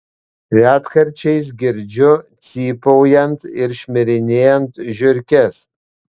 retkarčiais girdžiu cypaujant ir šmirinėjant žiurkes